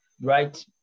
Right